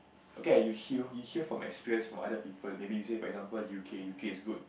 okay you hear you hear from experience from other people maybe you say for example u_k u_k is good